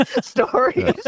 stories